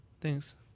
thanks